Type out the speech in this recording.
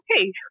okay